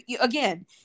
Again